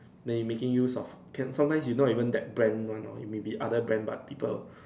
they making use of can sometimes you know even that brand no no maybe other brand but people